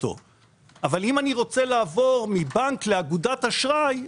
אבל אם אני רוצה לעבור מבנק לאגודת אשראי,